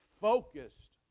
focused